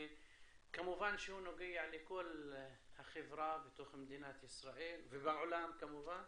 כמובן שהוא נוגע לכל החברה במדינת ישראל ובעולם כמובן,